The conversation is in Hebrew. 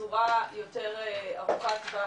בצורה יותר ארוכת טווח,